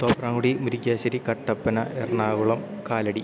Thopramkudy Murickassery Kattappana Ernakulam Kalady